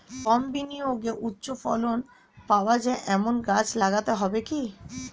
কম বিনিয়োগে উচ্চ ফলন পাওয়া যায় এমন গাছ লাগাতে হবে কি?